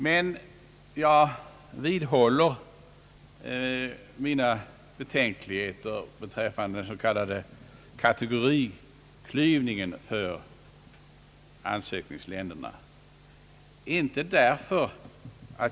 Men jag vidhåller mina betänkligheter beträffande den s.k. kategoriklyvningen av ansökningsländerna.